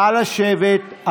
נא לשבת.